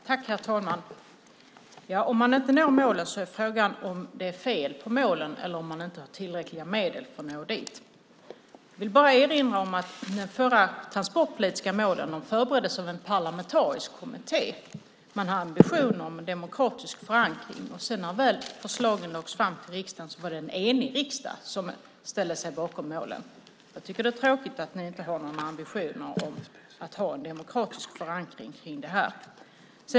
Herr talman! Om man inte når målen är frågan om det är fel på målen eller om man inte har tillräckliga medel för att nå dem. Jag vill erinra om att de förra transportpolitiska målen förbereddes av en parlamentarisk kommitté. Ambitionen var att ha en demokratisk förankring. När förslagen lades fram för riksdagen ställde sig en enig riksdag bakom målen. Jag tycker att det är tråkigt att ni inte har någon ambition att ha en demokratisk förankring för detta.